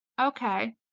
okay